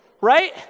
right